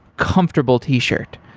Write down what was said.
comfortable t-shirt.